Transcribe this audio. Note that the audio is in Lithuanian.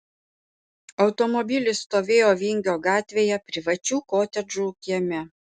automobilis stovėjo vingio gatvėje privačių kotedžų kieme